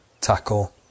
Tackle